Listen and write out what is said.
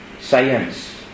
Science